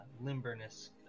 limberness